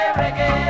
reggae